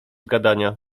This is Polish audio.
gadania